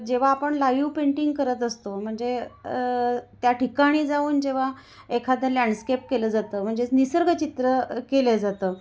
जेव्हा आपण लायू पेंटिंग करत असतो म्हणजे त्या ठिकाणी जाऊन जेव्हा एखादं लँडस्केप केलं जातं म्हणजेच निसर्गचित्र केलं जातं